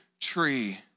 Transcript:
tree